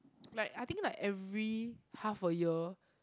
like I think like every half a year